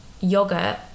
yogurt